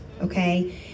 okay